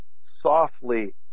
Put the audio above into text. softly